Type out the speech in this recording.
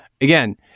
again